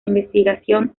investigación